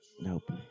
Nope